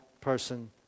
person